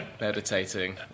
meditating